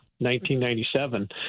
1997